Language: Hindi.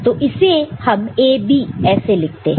तो इसे हम AB ऐसे लिखते हैं